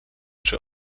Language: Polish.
czy